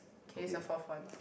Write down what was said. okay is the fourth one